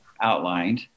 outlined